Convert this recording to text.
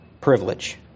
privilege